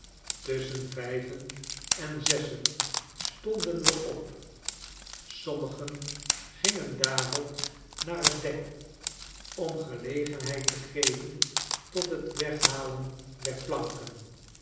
tusschen vijven en zessen stonden we op sommigen gingen daarop naar t dek om gelegenheid te geven tot het weghalen der planken